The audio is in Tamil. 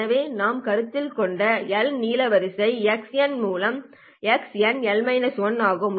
எனவே நாம் கருத்தில் கொண்ட எல் நீள வரிசை x மூலம் x n ஆகும்